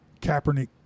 Kaepernick